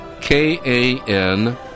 K-A-N